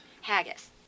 haggis